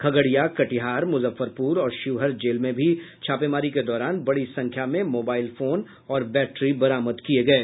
खगड़िया कटिहार मुजफ्फरपुर और शिवहर जेल में छापेमारी के दौरान बड़ी संख्या में मोबाईल फोन और बैट्री बरामद किये गये